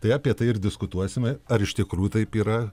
tai apie tai ir diskutuosime ar iš tikrųjų taip yra